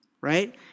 right